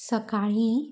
सकाळीं